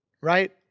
right